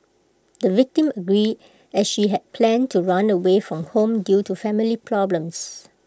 the victim agreed as she had planned to run away from home due to family problems